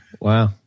Wow